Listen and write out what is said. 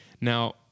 Now